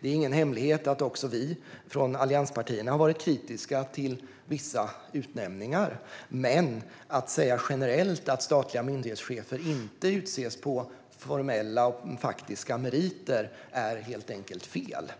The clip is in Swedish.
Det är ingen hemlighet att också vi från allianspartierna har varit kritiska till vissa utnämningar, men att säga generellt att statliga myndighetschefer inte utses på formella och faktiska meriter är helt enkelt fel.